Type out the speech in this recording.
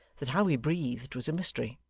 that how he breathed was a mystery.